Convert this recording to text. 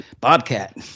Bobcat